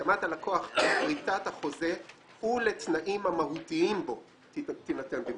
הסכמת הלקוח לכריתת החוזה ולתנאים המהותיים בו תינתן במפורש",